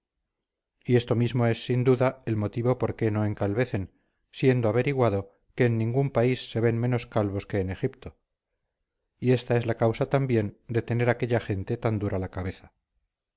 y esto mismo es sin duda el motivo por qué no encalvecen siendo averiguado que en ningún país se ven menos calvos que en egipto y esta es la causa también de tener aquella gente tan dura la cabeza